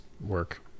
work